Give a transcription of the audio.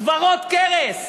סברות כרס.